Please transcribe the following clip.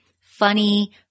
funny